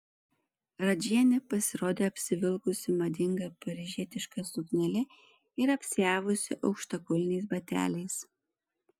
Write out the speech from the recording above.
radžienė pasirodė apsivilkusi madinga paryžietiška suknele ir apsiavusi aukštakulniais bateliais